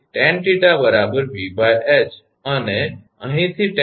તેથી tan𝜃 𝑉𝐻 અને અહીંથી tan𝜃 𝑑𝑦𝑑𝑥